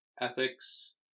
Ethics